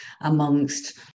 amongst